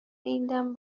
ایندم